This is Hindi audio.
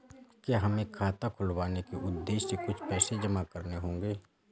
क्या हमें खाता खुलवाने के उद्देश्य से कुछ पैसे जमा करने होंगे?